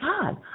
God